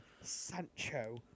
Sancho